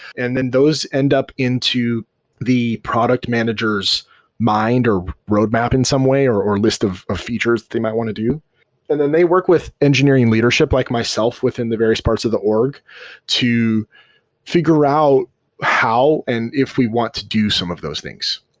and then those end up into the product manager s mind, or roadmap in some way, or or list of of features that they might want to do and then they work with engineering leadership like myself within the various parts of the org to figure out how and if we want to do some of those things.